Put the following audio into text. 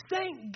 Thank